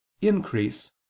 increase